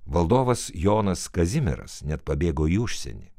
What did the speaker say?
valdovas jonas kazimieras net pabėgo į užsienį